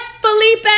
Felipe